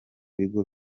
bigo